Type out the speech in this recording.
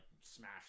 smash